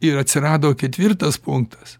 ir atsirado ketvirtas punktas